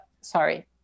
sorry